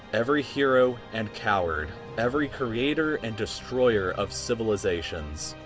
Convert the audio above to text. every hero and coward. every creator and destroyer of civilizations.